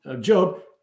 Job